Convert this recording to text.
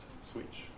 switch